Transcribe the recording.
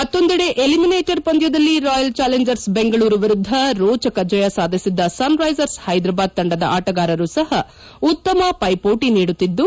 ಮತ್ತೊಂದೆಡೆ ಎಲಿಮಿನೇಟರ್ ಪಂದ್ಯದಲ್ಲಿ Royal Challengers Bengaluru ವಿರುದ್ದ ರೋಚಕ ಜಯ ಸಾಧಿಸಿದ್ದ ಸನ್ರೈಸರ್ಸ್ ಹೈದರಾಬಾದ್ ತಂಡದ ಆಟಗಾರರು ಸಹ ಉತ್ತಮ ವೈಮೋಟಿ ನೀಡುತ್ತಿದ್ದು